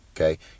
okay